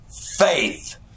faith